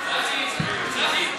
לא לא לא, צחי, צחי,